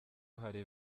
hari